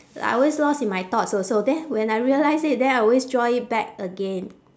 I always lost in my thoughts also then when I realise it then I always draw it back again